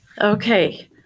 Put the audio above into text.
Okay